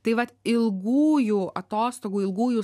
tai vat ilgųjų atostogų ilgųjų